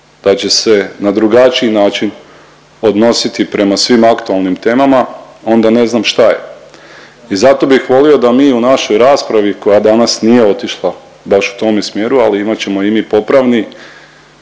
da će se na drugačiji način odnositi prema svim aktualnim temama onda ne znam šta je. I zato bih volio da mi u našoj raspravi koja danas nije otišla baš u tome smjeru, ali imat ćemo i mi popravni